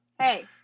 hey